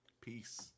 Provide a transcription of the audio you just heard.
Peace